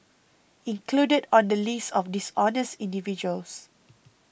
included on the list of dishonest individuals